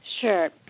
Sure